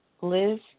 Liz